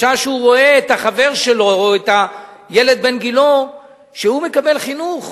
בשעה שהוא רואה את החבר שלו או את הילד בן-גילו מקבל חינוך,